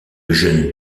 jeune